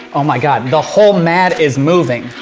oh my god, the whole mat is moving.